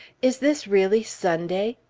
is this really sunday?